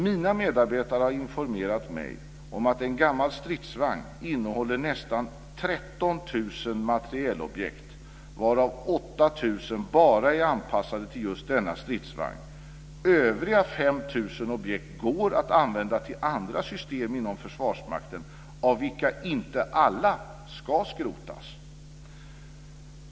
Mina medarbetare har informerat mig om att en gammal stridsvagn innehåller nästan 13 000 materielobjekt, varav 8 000 är anpassade enbart till just denna stridsvagn. Övriga 5 000 objekt går att använda till andra system inom Försvarsmakten av vilka inte alla ska skrotas.